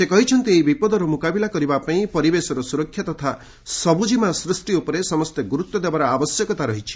ସେ କହିଛନ୍ତି ଏହି ବିପଦର ମୁକାବିଲା କରିବା ପାଇଁ ପରିବେଶର ସୁରକ୍ଷା ତଥା ସବୁଜିମା ସୃଷ୍ଟି ଉପରେ ସମସ୍ତେ ଗୁରୁତ୍ୱ ଦେବାର ଆବଶ୍ୟକତା ରହିଛି